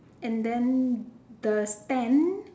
and then the stand